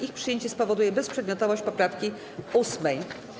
Ich przyjęcie spowoduje bezprzedmiotowość poprawki 8.